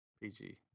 PG